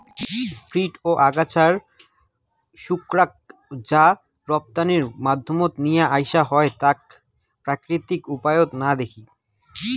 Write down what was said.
কীট ও আগাছার শত্রুক যা রপ্তানির মাধ্যমত নিয়া আইসা হয় তাক প্রাকৃতিক উপায়ত না দেখি